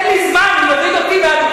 אין לי זמן, הוא יוריד אותי מהדוכן.